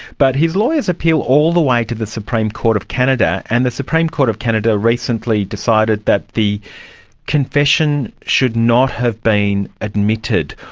but his lawyers appeal all the way to the supreme court of canada, and the supreme court of canada recently decided that the confession should not have been admitted.